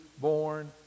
born